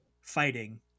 fighting